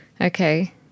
Okay